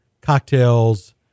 cocktails